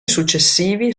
successivi